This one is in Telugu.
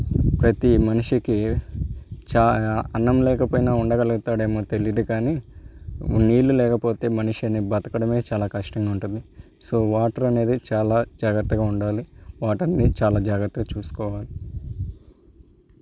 ప్రతీ మనిషికి చా అన్నం లేకపోయినా ఉండగలుగుతాడేమో తెలియదు కానీ నీళ్ళు లేకపోతే మనిషిని బ్రతకడమే చాలా కష్టంగా ఉంటుంది సో వాటర్ అనేది చాలా జాగ్రత్తగా ఉండాలి వాటర్ని చాలా జాగ్రత్తగా చూసుకోవాలి